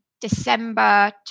December